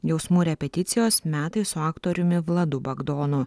jausmų repeticijos metai su aktoriumi vladu bagdonu